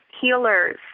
healers